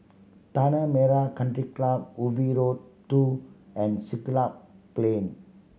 Tanah Merah Country Club Ubi Road Two and Siglap Plain